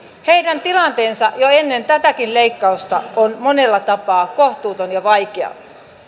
heidän tilanteensa jo ennen tätäkin leikkausta on monella tapaa kohtuuton ja vaikea